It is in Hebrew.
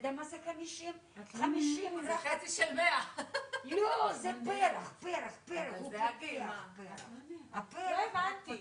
ו-20% לא קוראים עברית.